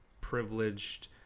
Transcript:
privileged